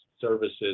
services